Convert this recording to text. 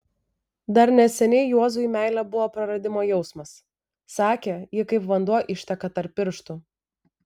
dar neseniai juozui meilė buvo praradimo jausmas sakė ji kaip vanduo išteka tarp pirštų